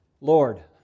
Lord